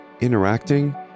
interacting